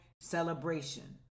celebration